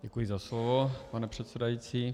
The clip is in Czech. Děkuji za slovo, pane předsedající.